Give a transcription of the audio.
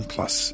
Plus